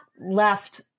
left